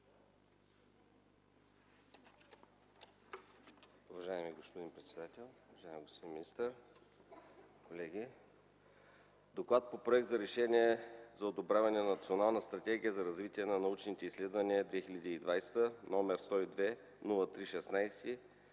„ДОКЛАД по Проект за решение за одобряване на Национална стратегия за развитие на научните изследвания 2020, № 102-03-16,